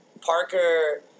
Parker